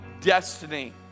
destiny